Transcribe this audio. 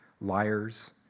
liars